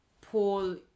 Paul